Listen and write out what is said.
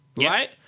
right